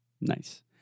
Nice